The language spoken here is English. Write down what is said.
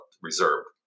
reserved